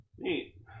Neat